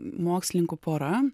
mokslininkų pora